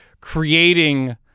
creating